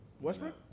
Westbrook